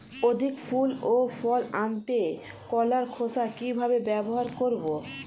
অধিক ফুল ও ফল আনতে কলার খোসা কিভাবে ব্যবহার করব?